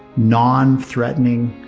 non-threatening,